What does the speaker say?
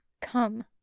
Come